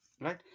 right